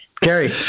Gary